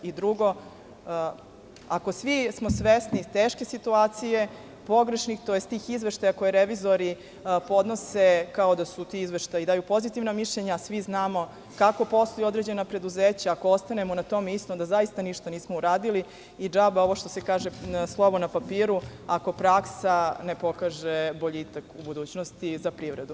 Drugo, ako smo svi svesni teških situacija, pogrešnih, tj. tih izveštaja koje revizori podnose kao da su ti izveštaji i daju pozitivna mišljenja, a svi znamo kako posluju određena preduzeća, ako ostanemo na tome, onda zaista nismo ništa uradili i džaba ovo slovo na papiru ako praksa ne pokaže boljitak u budućnosti za privredu.